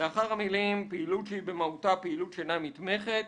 אחרי המילים "פעילות שהיא במהותה פעילות שאינה נתמכת"